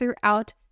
throughout